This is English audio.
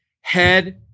head